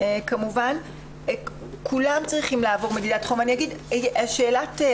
"ניהול סיכונים" ניהול סיכוני בטיחות